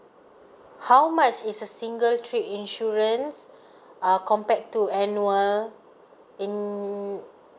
how much is a single trip insurance err compared to annual in